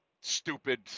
stupid